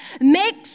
make